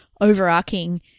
overarching